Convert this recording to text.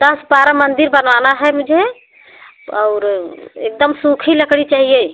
दस बारह मंदिर बनवाना है मुझे और एक दम सूखी लकड़ी चाहिए